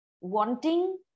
wanting